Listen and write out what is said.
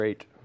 Great